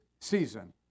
season